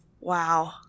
wow